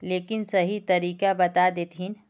लेकिन सही तरीका बता देतहिन?